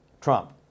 Trump